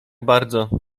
bardzo